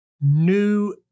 new